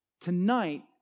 Tonight